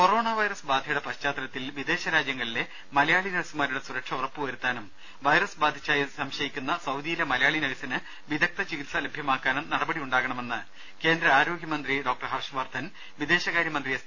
corona virus ബാധയുടെ പശ്ചാത്തലത്തിൽ വിദേശരാ ജ്യങ്ങളിലെ മലയാളി നഴ്സുമാരുടെ സുരക്ഷ ഉറപ്പുവരുത്താനും വൈറസ് ബാധിച്ചതായി സംശയിക്കുന്ന സൌദിയിലെ മലയാളി നഴ്സിന് വിദഗ്ദ്ധ ചികിത്സ ലഭ്യമാക്കാനും നടപടിയുണ്ടാകണമെന്ന് കേന്ദ്ര ആരോഗ്യമന്ത്രി ഡോക്ടർ ഹർഷവർധൻ വിദേശകാര്യമന്ത്രി എസ്